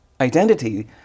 identity